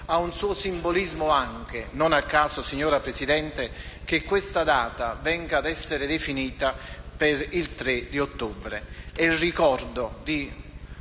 Ha un suo simbolismo anche, non a caso, signora Presidente, che la data venga ad essere definita nel 3 di ottobre, in ricordo di